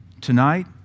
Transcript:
tonight